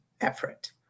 effort